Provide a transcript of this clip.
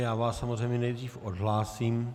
Já vás samozřejmě nejdřív odhlásím.